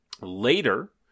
Later